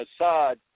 Assad